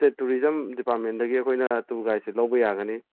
state tourism ꯗꯤꯄꯥꯔꯃꯦꯟꯗꯒꯤ ꯑꯩꯏꯈꯣꯏꯅ tour ꯒꯥꯏꯠꯁꯦ ꯂꯧꯕ ꯌꯥꯒꯅꯤ